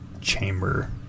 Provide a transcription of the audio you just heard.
chamber